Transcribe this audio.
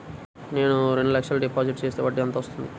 నేను రెండు లక్షల డిపాజిట్ చేస్తే వడ్డీ ఎంత వస్తుంది?